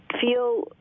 feel